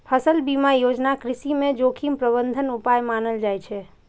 फसल बीमा योजना कृषि मे जोखिम प्रबंधन उपाय मानल जाइ छै